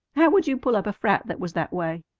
how would you pull up a frat that was that way?